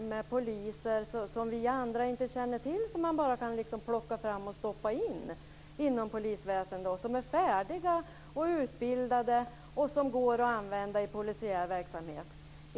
med poliser som vi andra inte känner till som man bara liksom kan plocka fram och stoppa in inom polisväsendet, som är färdiga och utbildade och som går att använda i polisiär verksamhet.